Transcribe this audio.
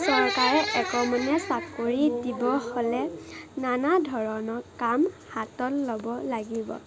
চৰকাৰে একমনে চাকৰি দিব হ'লে নানা ধৰণৰ কাম হাতত ল'ব লাগিব